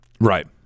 Right